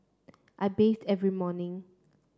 I bathe every morning